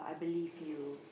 believe you